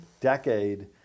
decade